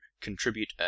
contribute